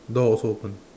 door also open